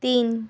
তিন